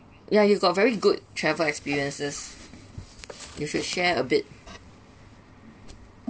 yeah you got very good travel experiences you should share a bit